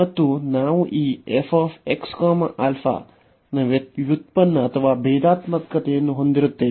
ಮತ್ತು ನಾವು ಈ f x α ನ ವ್ಯುತ್ಪನ್ನ ಅಥವಾ ಭೇದಾತ್ಮಕತೆಯನ್ನು ಹೊಂದಿರುತ್ತೇವೆ